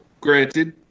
granted